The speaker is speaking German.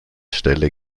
stelle